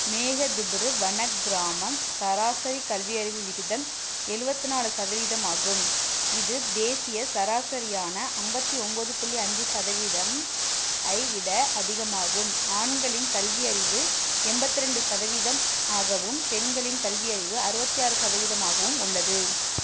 மேகதுபுரு வன கிராமம் சராசரி கல்வியறிவு விகிதம் எழுபத்து நாலு சதவீதம் ஆகும் இது தேசிய சராசரியான ஐம்பத்தி ஒம்பது புள்ளி அஞ்சு சதவீதம் ஐ விட அதிகமாகும் ஆண்களின் கல்வியறிவு எண்பத்து ரெண்டு சதவீதம் ஆகவும் பெண்களின் கல்வியறிவு அறுபத்தி ஆறு சதவீதம் ஆகவும் உள்ளது